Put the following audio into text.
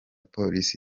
polisi